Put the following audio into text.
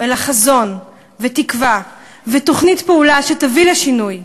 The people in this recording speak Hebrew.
אלא חזון ותקווה ותוכנית פעולה שתביא לשינוי.